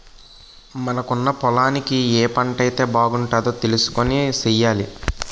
మనకున్న పొలానికి ఏ పంటైతే బాగుంటదో తెలుసుకొని సెయ్యాలి